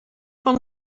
van